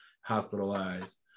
hospitalized